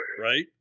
right